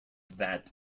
that